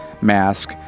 mask